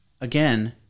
again